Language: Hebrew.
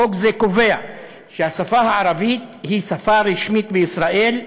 חוק זה קובע שהשפה הערבית היא שפה רשמית בישראל,